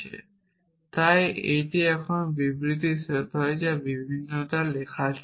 এবং তাই একই বিবৃতি সেট হয় ভিন্ন লেখার জন্য